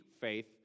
faith